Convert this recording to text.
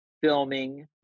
filming